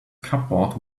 cupboard